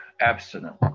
abstinent